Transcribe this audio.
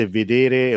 vedere